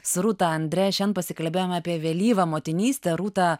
su rūta andre šian pasikalbėjome apie vėlyvą motinystę rūta